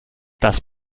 das